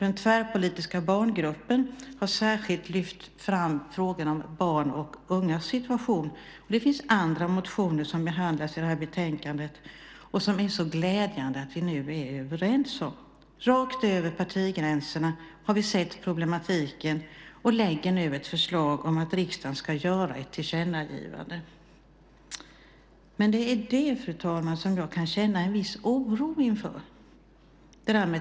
Den tvärpolitiska barngruppen har särskilt lyft fram frågan om barns och ungas situation. Det finns andra motioner som behandlas i det här betänkandet som det är så glädjande att vi nu är överens om. Rakt över partigränserna har vi sett problematiken och lägger nu ett förslag om att riksdagen ska göra ett tillkännagivande. Det är detta med tillkännagivande, fru talman, som jag kan känna en viss oro inför.